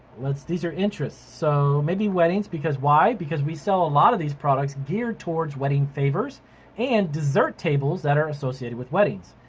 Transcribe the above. these are interests so maybe weddings because why? because we sell a lot of these products geared towards wedding favors and dessert tables that are associated with weddings.